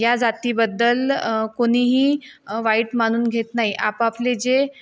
या जातीबद्दल कोणीही वाईट मानून घेत नाही आपापले जे